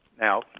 Now